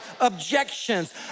objections